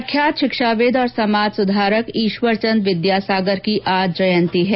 प्रख्यात शिक्षाविद और समाज सुधारक ईश्वर चन्द विद्यासागर की आज जयंती है